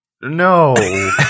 no